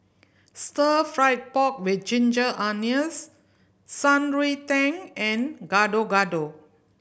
Stir Fried Pork With Ginger Onions Shan Rui Tang and Gado Gado